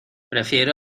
prefiero